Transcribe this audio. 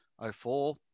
04